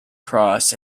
cross